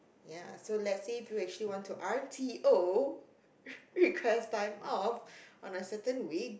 ya so let's say we actually plan to R_T_O request time off on a certain week